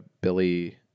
Billy